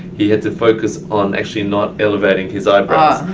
he had to focus on actually not elevating his eyebrows.